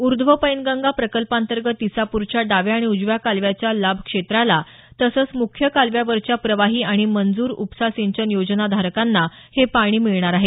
उर्ध्व पैनगंगा प्रकल्पांतर्गत इसापूरच्या डाव्या आणि उजव्या कालव्याच्या लाभ क्षेत्राला तसंच मुख्य कालव्यावरच्या प्रवाही आणि मंजूर उपसा सिंचन योजना धारकांना हे पाणी मिळणार आहे